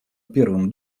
первым